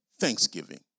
thanksgiving